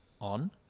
on